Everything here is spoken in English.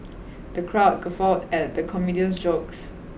the crowd guffawed at the comedian's jokes